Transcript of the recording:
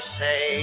say